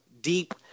deep